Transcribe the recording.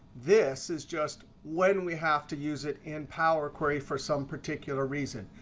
this is just when we have to use it in power query for some particular reason.